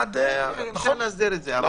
אפשר להסדיר את זה.